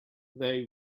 they